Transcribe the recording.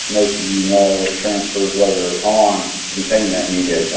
most of you know, transfers later on contain that media,